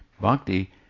Bhakti